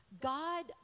God